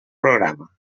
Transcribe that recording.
programa